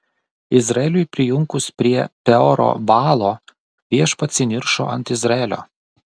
izraeliui prijunkus prie peoro baalo viešpats įniršo ant izraelio